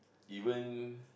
even